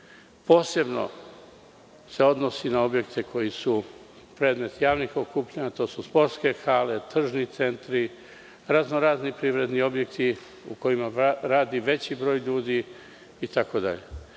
Posebno se odnosi na objekte koji su predmet javnih okupljanja. To su sportske hale, tržni centri, razno-razni privredni objekti u kojima radi veći broj ljudi